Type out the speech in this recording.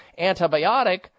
antibiotic